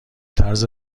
طرز